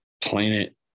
planet